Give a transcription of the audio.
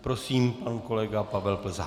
Prosím, pan kolega Pavel Plzák.